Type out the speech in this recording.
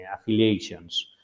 affiliations